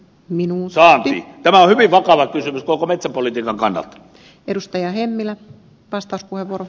tämä on hyvin vakava kysymys koko metsäpolitiikan kannalta